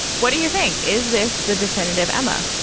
what do you think? is this the definitive emma?